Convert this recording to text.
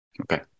Okay